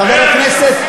חבר הכנסת,